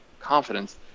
confidence